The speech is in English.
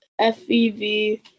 FEV